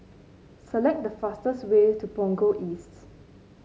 select the fastest way to Punggol East